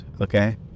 okay